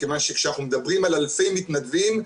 אנחנו מדברים על אלפי מתנדבים.